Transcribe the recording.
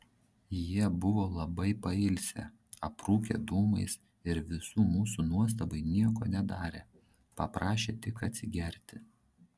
jie buvo labai pailsę aprūkę dūmais ir visų mūsų nuostabai nieko nedarė paprašė tik atsigerti